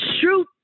shoot